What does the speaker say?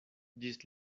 ĝis